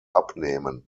abnehmen